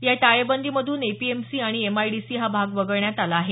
या टाळेबंदीमधून एपीएमसी आणि एमआयडीसी हा भाग वगळण्यात आला आहे